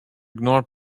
ignore